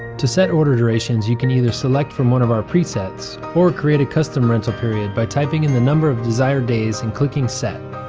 to set order durations, you can either select from one of our pre-sets or create a custom rental period by typing in the number of desired days and clicking set.